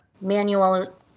manual